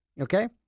Okay